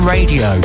Radio